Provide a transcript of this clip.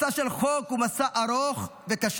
מסע של חוק הוא מסע ארוך וקשה.